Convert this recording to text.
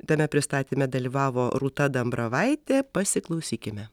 tame pristatyme dalyvavo rūta dambravaitė pasiklausykime